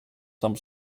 some